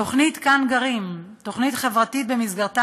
תוכנית "כאן גרים" תוכנית חברתית שבמסגרתה